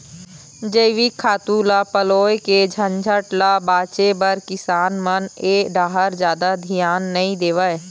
जइविक खातू ल पलोए के झंझट ल बाचे बर किसान मन ए डाहर जादा धियान नइ देवय